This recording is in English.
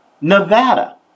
Nevada